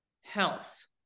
health